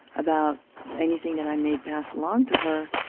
about anything that i may pass along to her.